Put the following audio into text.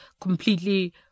Completely